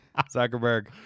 Zuckerberg